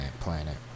planet